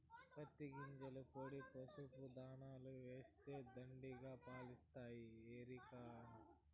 పత్తి గింజల పొడి పసుపు దాణాల ఏస్తే దండిగా పాలిస్తాయి ఎరికనా